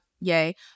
yay